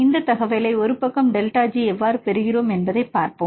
இந்த தகவலை ஒருபக்கம் டெல்டா G எவ்வாறு பெறுகிறோம் என்பதைப் பார்ப்போம்